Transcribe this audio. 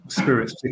spirits